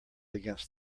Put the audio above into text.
against